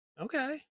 Okay